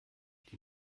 die